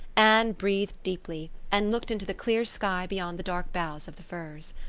anne breathed deeply, and looked into the clear sky beyond the dark boughs of the firs.